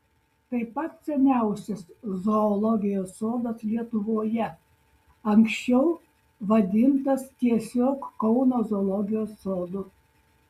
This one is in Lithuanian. tai pats seniausias zoologijos sodas lietuvoje anksčiau vadintas tiesiog kauno zoologijos sodu